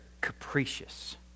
capricious